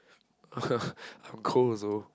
I'm cold also